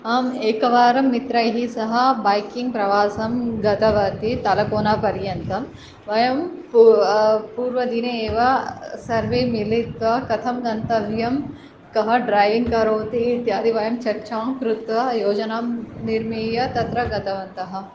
आम् एकवारं मित्रैः सह बैकिङ्ग् प्रवासं गतवती तलकोना पर्यन्तं वयं पू पूर्वदिने एव सर्वे मिलित्वा कथं गन्तव्यं कः ड्रैविङ्ग् करोति इत्यादि वयं चर्चां कृत्वा योजनां निर्मीय तत्र गतवन्तः